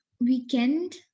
weekend